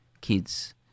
kids